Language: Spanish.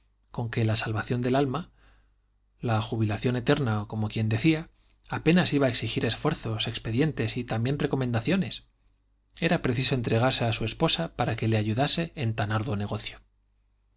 con que la salvación del alma la jubilación eterna como quien decía apenas iba a exigir esfuerzos expedientes y también recomendaciones era preciso entregarse a su esposa para que le ayudase en tan arduo negocio